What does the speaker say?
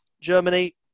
germany